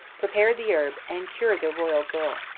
prepared the herb, and cured the royal girl.